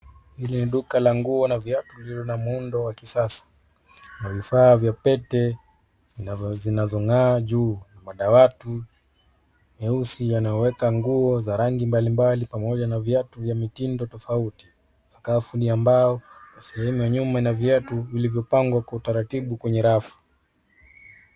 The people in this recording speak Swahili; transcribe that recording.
Hili duka la nguo na viatu lililo na muundo wa kisasa na vifaa vya Pete zinazo ng'aa juu. Madawati meusi yanayoweka nguo za rangi mbali mbali pamoja na viatu vya mitindo tofauti. Sakafu ni ya mbao na Sehemu ya nyuma ina vyatu vilivyo pangwa kwa utaratibu kwenye rafu.